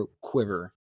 quiver